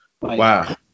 Wow